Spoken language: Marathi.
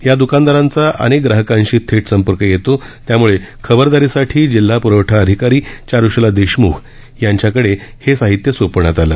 या द्कानदारांचा अनेक ग्राहकांशी थेट संपर्क येतो त्यामुळे खबरदारीसाठी जिल्हा प्रवठा अधिकारी चारुशीला देशमुख यांच्याकडे हे साहित्य सोपवण्यात आलं